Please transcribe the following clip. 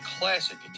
classic